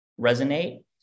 resonate